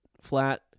flat